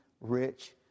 rich